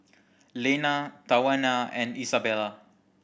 Lenna Tawana and Isabela